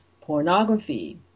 pornography